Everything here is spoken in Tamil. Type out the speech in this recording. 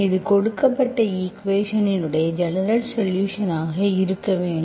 இது கொடுக்கப்பட்ட ஈக்குவேஷன் இன் ஜெனரல்சொலுஷன்ஸ் ஆக இருக்க வேண்டும்